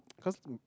custom